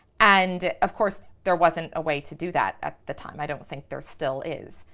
and of course, there wasn't a way to do that at the time. i don't think there still is.